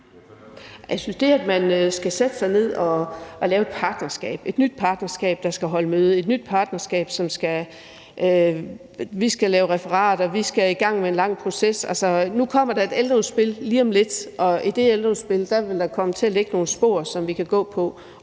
er det, at man skal sætte sig ned og lave et partnerskab – et nyt partnerskab, der skal holde møde, og et nyt partnerskab, hvor man siger, at vi skal lave referater og vi skal i gang med en lang proces. Nu kommer der et ældreudspil lige om lidt, og i det ældreudspil vil der komme til at være nogle spor, som vi kan gå på,